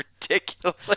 ridiculous